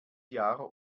jahr